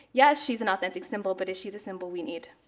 yes, she's an authentic symbol, but is she the symbol we need?